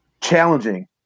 challenging